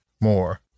more